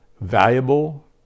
valuable